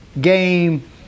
game